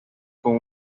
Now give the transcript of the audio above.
con